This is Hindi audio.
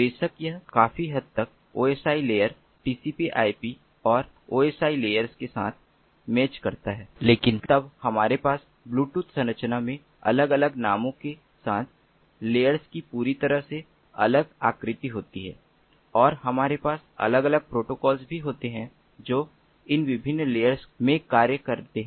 बेशक यह काफी हद तक OSI लेयर्स TCP IP और OSI लेयर्स के साथ मैच करता है लेकिन तब हमारे पास ब्लूटूथ संरचना में अलग अलग नामों के साथ लेयर्स की पूरी तरह से अलग आकृति होती है और हमारे पास अलग अलग प्रोटोकॉल भी होते हैं जो उन विभिन्न लेयर्स में कार्य में करते हैं